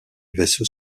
vaisseaux